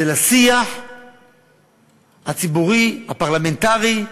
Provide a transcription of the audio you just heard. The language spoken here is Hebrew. זה בשיח הציבורי הפרלמנטרי.